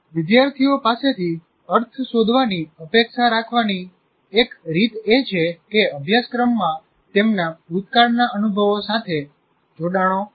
વિદ્યાર્થીઓ પાસેથી અર્થ શોધવાની અપેક્ષા રાખવાની એક રીત એ છે કે અભ્યાસક્રમમાં તેમના ભૂતકાળના અનુભવો સાથે જોડાણો હોય